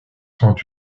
sont